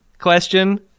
question